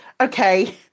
Okay